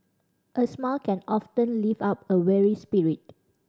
a smile can often lift up a weary spirit